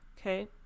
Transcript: okay